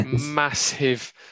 massive